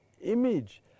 image